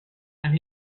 and